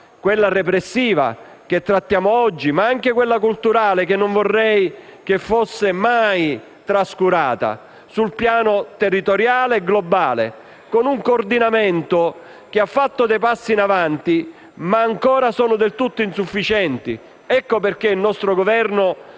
quella repressiva, che trattiamo oggi, ma anche quella culturale, che non vorrei fosse mai trascurata, sul piano territoriale e globale, con un coordinamento che ha fatto dei passi avanti, che sono però ancora del tutto insufficienti. Ecco perché il nostro Governo